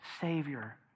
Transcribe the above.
Savior